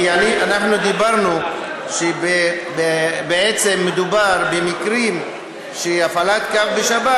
כי אמרנו שבעצם מדובר במקרים של הפעלת קו בשבת.